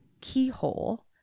keyhole